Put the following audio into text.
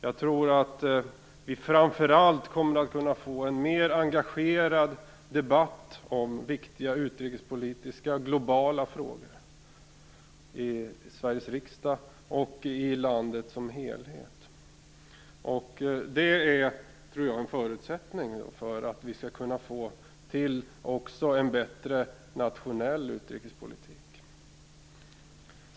Jag tror att vi framför allt kommer att få en mer engagerad debatt om viktiga utrikespolitiska globala frågor i Sveriges riksdag och i landet som helhet. Det tror jag är en förutsättning för att vi skall kunna få en bättre nationell utrikespolitik.